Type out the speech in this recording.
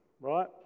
Right